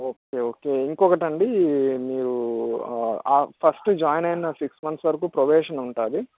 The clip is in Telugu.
ఓకే ఓకే ఇంకొకటండి మీరు ఫస్ట్ జాయిన్ అయిన సిక్స్ మంత్స్ వరకు ప్రొబేషన్ ఉంటుంది